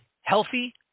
healthy